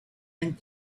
and